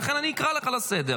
ולכן אני אקרא אותך לסדר.